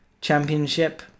Championship